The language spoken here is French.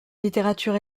littérature